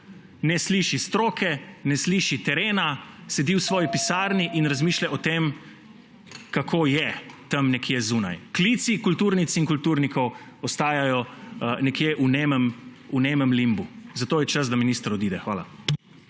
ne sliši stroke, ne sliši terena, sedi v svoji pisarni in razmišlja o tem, kako je tam nekje zunaj. Klici kulturnic in kulturnikov ostajajo nekje v nemem limbu. Zato je čas, da minister odide. Hvala.